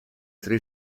tre